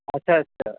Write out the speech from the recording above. اچھا اچھا